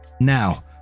now